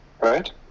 right